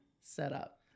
setup